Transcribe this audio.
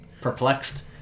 Perplexed